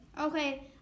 Okay